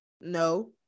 No